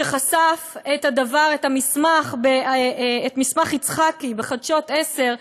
שחשף את מסמך יצחקי בחדשות 10,